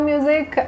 Music